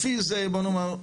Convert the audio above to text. לפי זה בוא נאמר,